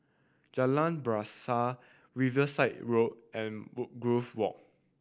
Jalan Bahasa Riverside Road and Woodgrove Walk